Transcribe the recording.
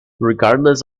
regardless